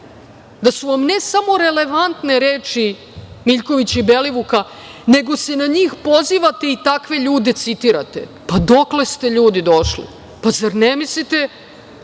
da su vam ne samo relevantne reči Miljkovića i Belivuka, nego se na njih pozivate i takve ljude citirate. Pa, dokle ste ljudi došli? Zar ne mislite